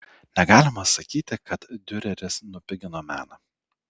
negalima sakyti kad diureris nupigino meną